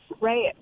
Right